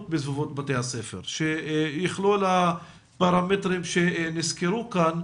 בסביבות בתי הספר שיכלול את הפרמטרים שנסקרו כאן,